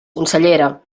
consellera